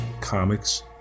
comics